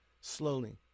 Slowly